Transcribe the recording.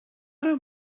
don’t